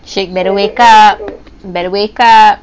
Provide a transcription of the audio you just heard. syed better wake up better wake up